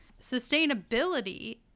sustainability